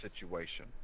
situation